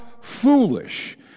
foolish